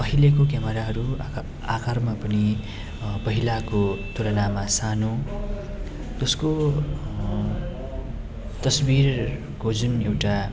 अहिलेको क्यामराहरू आकारमा पनि पहिलाको तुलनामा सानो उसको तस्विरको जुन एउटा